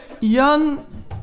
young